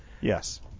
Yes